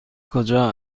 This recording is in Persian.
کجا